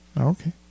Okay